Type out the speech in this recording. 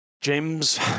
James